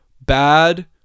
Bad